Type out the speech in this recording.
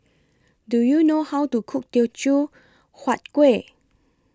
Do YOU know How to Cook Teochew Huat Kuih